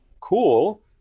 cool